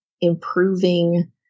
improving